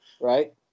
Right